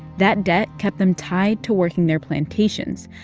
that debt kept them tied to working their plantations,